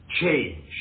change